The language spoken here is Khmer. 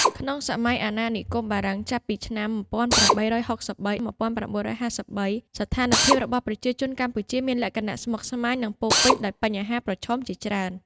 ក្នុងសម័យអាណានិគមបារាំង (ចាប់ពីឆ្នាំ ១៨៦៣-១៩៥៣) ស្ថានភាពរបស់ប្រជាជនកម្ពុជាមានលក្ខណៈស្មុគស្មាញ និងពោរពេញដោយបញ្ហាប្រឈមជាច្រើន។